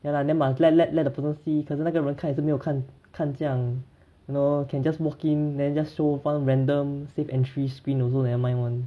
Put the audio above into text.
ya lah then must let let let the person see 可是那个人看也是没有看看这样 you know can just walk in then just show one random safe entry screen also never mind [one]